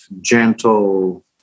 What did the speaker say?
gentle